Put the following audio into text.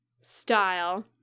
style